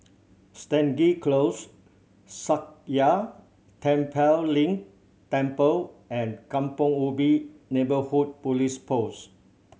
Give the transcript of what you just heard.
Stangee Close Sakya Tenphel Ling Temple and Kampong Ubi Neighbourhood Police Post